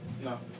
No